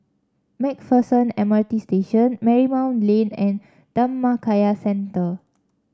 Mac Pherson M R T Station Marymount Lane and Dhammakaya Center